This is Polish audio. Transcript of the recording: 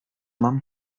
mam